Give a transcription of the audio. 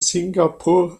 singapur